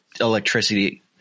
electricity